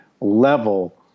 level